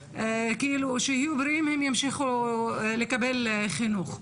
הם ימשיכו לקבל חינוך.